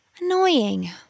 Annoying